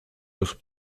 los